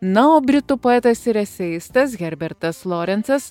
na o britų poetas ir eseistas herbertas lorencas